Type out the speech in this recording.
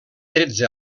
tretze